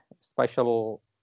special